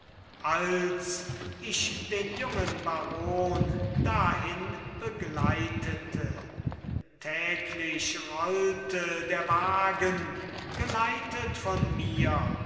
als ich den jungen baron dahin begleitete täglich rollte der wagen geleitet von mir